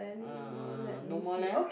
uh no more leh